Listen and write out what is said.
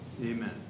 Amen